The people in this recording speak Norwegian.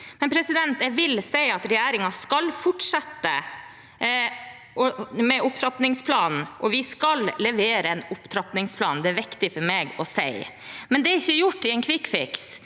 stå seg over tid. Regjeringen skal fortsette med opptrappingsplanen, og vi skal levere en opptrappingsplan, det er viktig for meg å si. Men det er ikke gjort i en kvikkfiks.